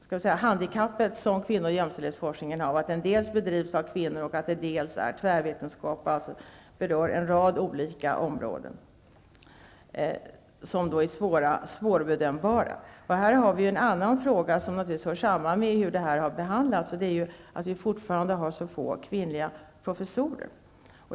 Kvinno och jämställdhetsforskningen har det dubbla handikappet att den dels bedrivs av kvinnor, dels är tvärvetenskaplig och rör en rad olika områden som är svårbedömbara. Här har vi en annan fråga som naturligtvis hör samman med hur detta har behandlats, nämligen att vi fortfarande har så få kvinnliga professorer.